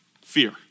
fear